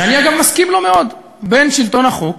שאני אגב מסכים לו מאוד, בין שלטון החוק